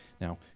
Now